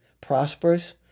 prosperous